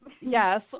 Yes